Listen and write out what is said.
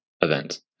events